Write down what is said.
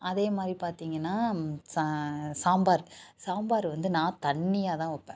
அதே மாதிரி பார்த்திங்கன்னா சா சாம்பார் சாம்பார் வந்து நான் தண்ணியாக தான் வைப்பேன்